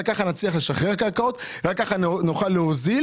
רק ככה נצליח לשחרר קרקעות ורק ככה נוכל להוזיל